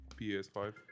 ps5